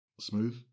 smooth